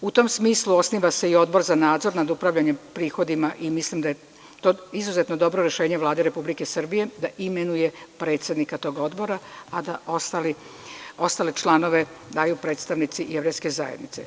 U tom smislu, osniva se i Odbor za nadzor nad upravljanjem prihodima i mislim da je to izuzetno dobro rešenje Vlade Republike Srbije da imenuje predsednika tog odbora, a da ostale članove daju predstavnici jevrejske zajednice.